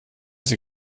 sie